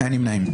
אין נמנעים.